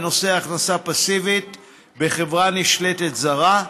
בנושא הכנסה פסיבית בחברה נשלטת זרה,